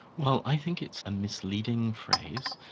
well, i think it's a misleading phrase,